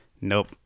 nope